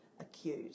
acute